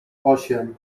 osiem